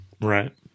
Right